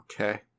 Okay